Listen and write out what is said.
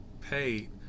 paid